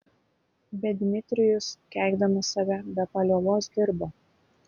bet dmitrijus keikdamas save be paliovos dirbo